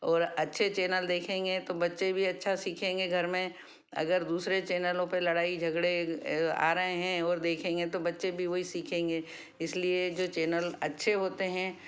और अच्छे चैनल देखेंगे तो बच्चे भी अच्छा सीखेंगे घर में अगर दूसरे चैनलों पर लड़ाई झगड़े आ रहें हैं और देखेंगे तो बच्चे भी वहीं सीखेंगे इसलिए जो चैनल अच्छे होते हैं